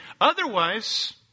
Otherwise